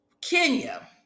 Kenya